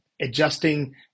adjusting